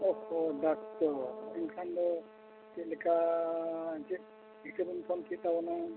ᱚᱦᱳ doctor ᱮᱱᱠᱷᱟᱱ ᱫᱚ ᱪᱮᱫᱞᱮᱠᱟ ᱪᱮᱫ ᱪᱤᱠᱟᱹ ᱞᱮᱠᱷᱟᱱ ᱪᱤᱠᱟᱹᱭᱮᱱᱟ